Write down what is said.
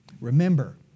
Remember